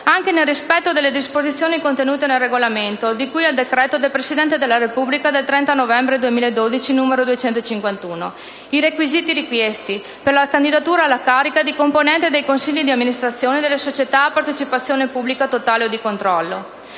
anche nel rispetto delle disposizioni contenute nel regolamento di cui al decreto del Presidente della Repubblica 30 novembre 2012, n. 251, i requisiti richiesti per la candidatura alla carica di componente dei consigli di amministrazione delle società a partecipazione pubblica totale o di controllo;